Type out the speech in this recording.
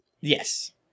yes